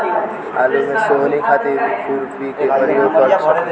आलू में सोहनी खातिर खुरपी के प्रयोग कर सकीले?